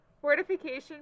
fortification